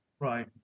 Right